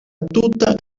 tuta